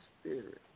spirit